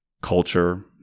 culture